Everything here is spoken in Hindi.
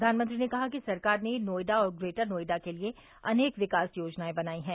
प्रधानमंत्री ने कहा कि सरकार ने नोएडा और ग्रेटर नोएडा के लिए अनेक विकास योजनाएं बनाई है